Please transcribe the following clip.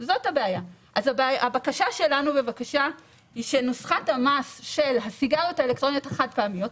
הבקשה שלנו היא שנוסחת המס של הסיגריות האלקטרוניות החד פעמיות,